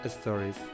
Stories